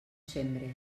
sembre